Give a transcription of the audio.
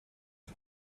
her